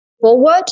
forward